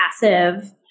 passive